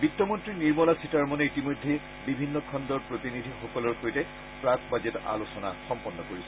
বিত্তমন্ত্ৰী নিৰ্মলা সীতাৰামনে ইতিমধ্যে বিভিন্ন খণ্ডৰ প্ৰতিনিধিসকলৰ সৈতে প্ৰাক্ বাজেট আলোচনা সম্পন্ন কৰিছে